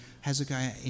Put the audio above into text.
Hezekiah